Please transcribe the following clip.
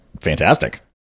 fantastic